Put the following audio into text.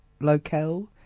locale